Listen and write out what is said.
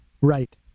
Right